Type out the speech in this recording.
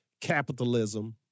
capitalism